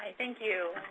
thank you.